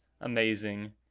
amazing